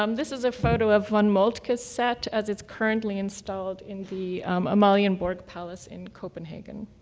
um this is a photo of von moltke's set as it's currently installed in the amalienborg palace in copenhagen.